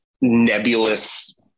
nebulous